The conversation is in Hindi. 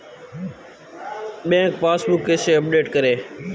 बैंक पासबुक कैसे अपडेट करें?